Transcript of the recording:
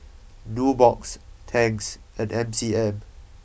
Nubox Tangs and M C M